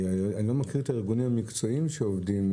אני לא מכיר את הארגונים המקצועיים שעובדים.